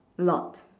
lot